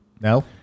No